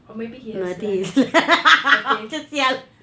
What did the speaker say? or maybe he has left okay